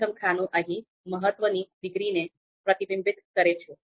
પ્રથમ ખાનું અહીં મહત્વની ડિગ્રીને પ્રતિબિંબિત કરે છે